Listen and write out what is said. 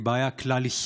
היא בעיה כלל-ישראלית,